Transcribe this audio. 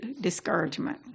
discouragement